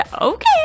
okay